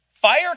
Fire